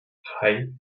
hei